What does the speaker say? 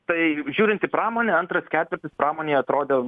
tai žiūrint į pramonę antras ketvirtis pramonėj atrodė